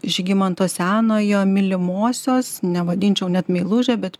žygimanto senojo mylimosios nevadinčiau net meiluže bet